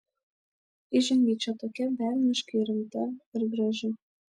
įžengei čia tokia velniškai rimta ir graži